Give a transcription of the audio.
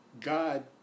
God